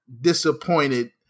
disappointed